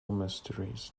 mysteries